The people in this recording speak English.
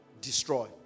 Destroy